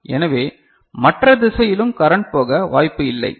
எனவே மற்ற திசையிலும் கரன்ட் போக வாய்ப்பு இல்லை